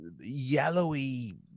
yellowy